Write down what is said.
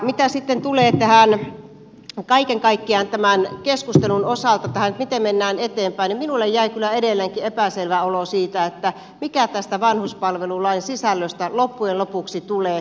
mitä sitten tulee kaiken kaikkiaan tämän keskustelun osalta tähän miten mennään eteenpäin niin minulle jäi kyllä edelleenkin epäselvä olo siitä mikä tästä vanhuspalvelulain sisällöstä loppujen lopuksi tulee